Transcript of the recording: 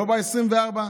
לא ב-24,